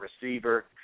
receiver